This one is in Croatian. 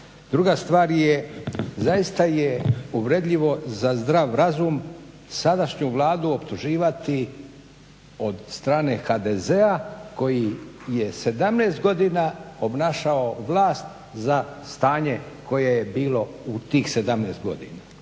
Druga stvar je, zaista je uvredljivo za zdrav razum sadašnju Vladu optuživati od strane HDZ-a koji je 17 godina obnašao vlast za stanje koje je bilo u tih 17 godina.